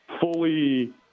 fully